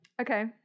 Okay